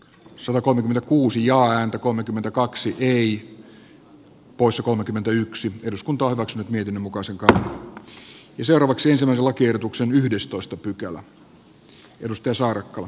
erilainen kohtelu henkilön alkuperän seksuaalisen suuntautumisen tai vakaumuksen perusteella on mahdollista vain syrjinnästä johtuvien haittojen ehkäisemiseksi tai poistamiseksi